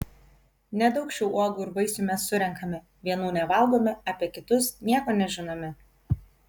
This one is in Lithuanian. nedaug šių uogų ir vaisių mes surenkame vienų nevalgome apie kitus nieko nežinome